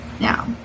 Now